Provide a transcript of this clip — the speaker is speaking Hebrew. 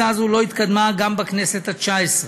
הצעה זו לא התקדמה גם בכנסת התשע-עשרה,